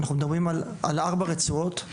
אנחנו מדברים על ארבע רצועות,